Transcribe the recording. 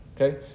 Okay